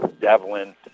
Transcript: Devlin